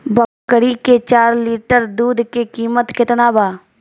बकरी के चार लीटर दुध के किमत केतना बा?